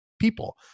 People